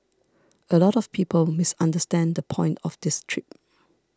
a lot of people misunderstand the point of this trip